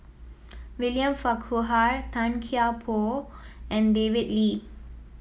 William Farquhar Tan Kian Por and David Lee